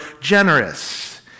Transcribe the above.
generous